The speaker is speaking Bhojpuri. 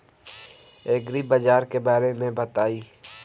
एग्रीबाजार के बारे में बताई?